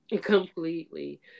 completely